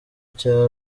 cya